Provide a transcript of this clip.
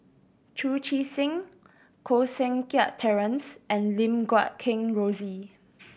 Chu Chee Seng Koh Seng Kiat Terence and Lim Guat Kheng Rosie